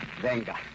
Venga